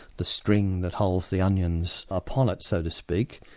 the string that holds the onions upon it, so to speak.